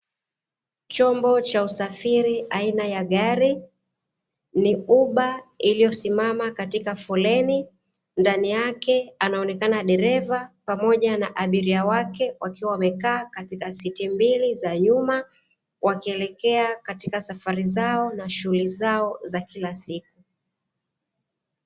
Chombo cha usafiri aina ya gari ni uba iliyosimama katika foleni ndani yake, anaonekana dereva pamoja na abiria wake wakiwa wamekaa katika siti mbili za nyuma, wakielekea katika safari zao na shughuli zao za kila siku.